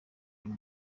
uyu